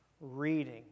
reading